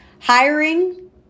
Hiring